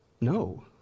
No